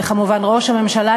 וכמובן ראש הממשלה,